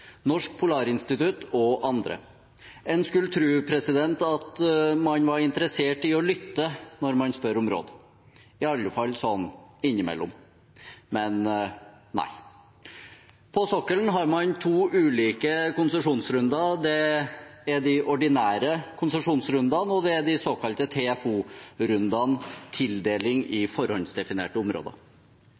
Norsk Polarinstitutt og andre. En skulle tro at man var interessert i å lytte når man ber om råd, i alle fall innimellom – men nei. På sokkelen har man to ulike konsesjonsrunder. Det er de ordinære konsesjonsrundene, og det er de såkalte TFO-rundene – tildeling i forhåndsdefinerte områder.